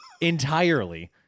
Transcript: entirely